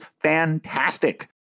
fantastic